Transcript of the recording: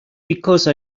because